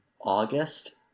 August